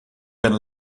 ben